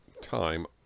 time